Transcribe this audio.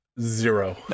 Zero